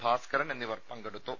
ഭാസ്ക്കരൻ എന്നിവർ പങ്കെടുത്തു